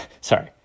sorry